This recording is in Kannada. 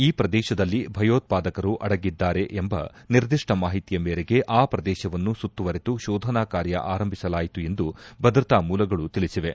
ಈ ಪ್ರದೇಶದಲ್ಲಿ ಭಯೋತ್ಪಾದಕರು ಅಡಗಿರೆಂಬ ನಿರ್ಧಿಷ್ಟ ಮಾಹಿತಿಯ ಮೇರೆಗೆ ಆ ಪ್ರದೇಶವನ್ನು ಸುತ್ತವರೆದು ಶೋಧನಾ ಕಾರ್ಯ ಆರಂಭಿಸಲಾಯಿತು ಎಂದು ಭದ್ರತಾ ಮೂಲಗಳು ತಿಳಿಸಿವೆ